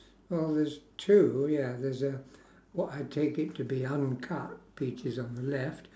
oh there's two ya there's uh what I take it to be uncut peaches on the left